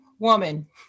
Woman